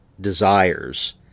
desires